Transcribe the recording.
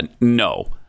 no